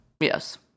Yes